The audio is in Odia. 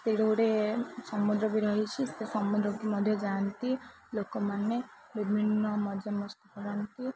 ସେଇଠି ଗୋଟେ ସମୁଦ୍ର ବି ରହିଛି ସେ ସମୁଦ୍ରକୁ ମଧ୍ୟ ଯାଆନ୍ତି ଲୋକମାନେ ବିଭିନ୍ନ ମଜା ମସ୍ତି କରନ୍ତି